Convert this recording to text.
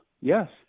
Yes